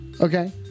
Okay